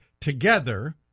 together